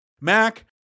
Mac